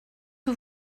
que